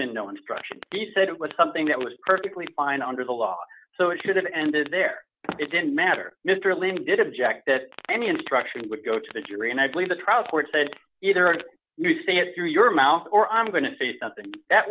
been no instruction said it was something that was perfectly fine under the law so it should have ended there it didn't matter mr lindh did object that any instruction would go to the jury and i believe the trial court said either of you say it through your mouth or i'm going to say something that